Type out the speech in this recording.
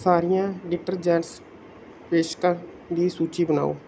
ਸਾਰੀਆਂ ਡਿਟਰਜੈਂਟਸ ਪੇਸ਼ਕਸ਼ਾਂ ਦੀ ਸੂਚੀ ਬਣਾਓ